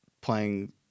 playing